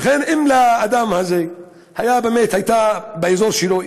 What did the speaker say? ולכן, אם לאדם הזה הייתה באמת קליטה באזור שלו,